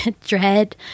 dread